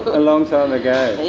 a long time ago,